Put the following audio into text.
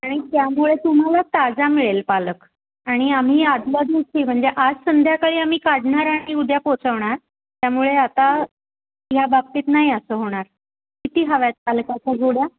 आणि त्यामुळे तुम्हाला ताजा मिळेल पालक आणि आम्ही आदल्या दिवशी म्हणजे आज संध्याकाळी आम्ही काढणार आणि उद्या पोहचवणार त्यामुळे आता याबाबतीत नाही असं होणार किती हव्या आहेत पालकाच्या जुड्या